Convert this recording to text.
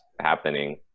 happening